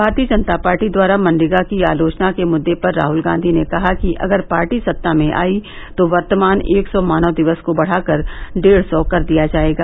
भारतीय जनता पार्टी द्वारा मनरेगा की आलोचना के मुद्दे पर राहुल गांधी ने कहा कि अगर पार्टी सत्ता में आई तो वर्तमान एक सौ मानव दिवस को बढ़ाकर डेढ़ सौ कर दिया जाएगा